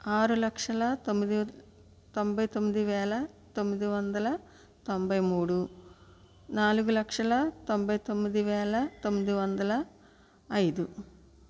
ఆరు లక్షల తొమ్మిది తొంబై తొమ్మిది వేల తొమ్మిది వందల తొంబై మూడు నాలుగు లక్షల తొంబై తొమ్మిది వేల తొమ్మిది వందల ఐదు